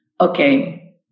Okay